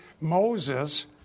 Moses